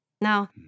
now